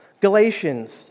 Galatians